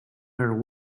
her